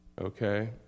Okay